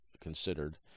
considered